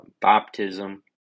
baptism